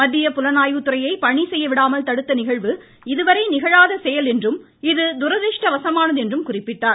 மத்திய புலனாய்வுத்துறையை பணி செய்ய விடாமல் தடுத்த நிகழ்வு இதுவரை நிகழாத செயல் என்றும் இது துரதிர்ஷ்டவசமானது என்றும் குறிப்பிட்டார்